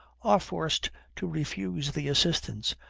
are forced to refuse the assistance,